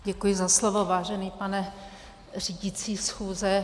Děkuji za slovo, vážený pane řídící schůze.